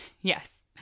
Yes